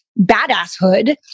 badasshood